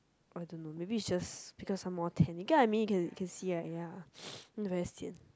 I don't know maybe is just because I'm more tan you get what I mean you can you can see right ya look very sian